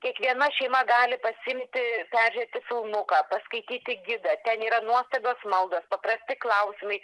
kiekviena šeima gali pasiimti peržiūrėti filmuką paskaityti gidą ten yra nuostabios maldos paprasti klausimai